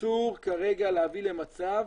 אסור כרגע להביא למצב